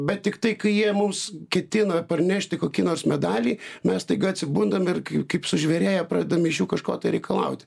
bet tiktai kai jie mums ketina parnešti kokį nors medalį mes staiga atsibundam ir kaip sužvėrėję pradedam iš jų kažko reikalauti